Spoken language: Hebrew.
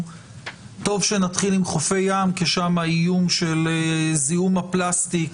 טוב שנתחיל עם חופי ים כי שם האיום של זיהום הפלסטיק